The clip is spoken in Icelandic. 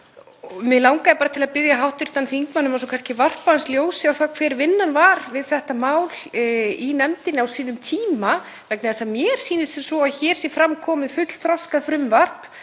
Mig langaði bara til að biðja hv. þingmann að varpa aðeins ljósi á það hver vinnan var við þetta mál í nefndinni á sínum tíma vegna þess að mér sýnist sem svo að hér sé fram komin fullþroskað frumvarp.